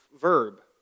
verb